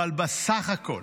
אבל בסך הכול